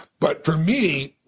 but for me,